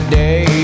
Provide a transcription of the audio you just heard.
day